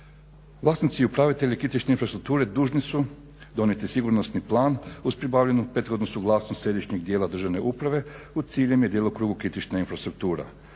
Vlasnici i upravitelji kritične infrastrukture dužni su donijeti sigurnosni plan uz pribavljenu prethodnu suglasnost Središnjeg tijela državne uprave u cilju i djelokrugu kritična infrastruktura.